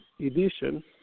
edition